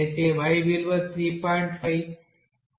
అయితే y విలువ 3